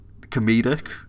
comedic